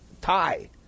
tie